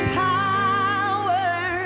power